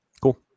Cool